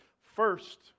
First